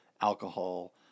alcohol